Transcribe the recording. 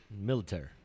military